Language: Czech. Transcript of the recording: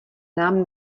nám